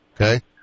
okay